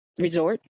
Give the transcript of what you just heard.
resort